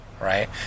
right